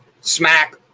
smack